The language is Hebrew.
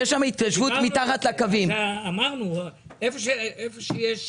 דיברנו על